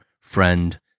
friend